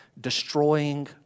destroying